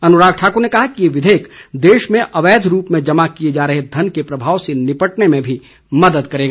अनुराग ठाकुर ने कहा कि ये विधेयक देश में अवैध रूप में जमा किए जा रहे धन के प्रभाव से निपटने में भी मदद करेगा